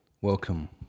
Welcome